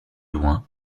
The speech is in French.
loin